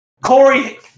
Corey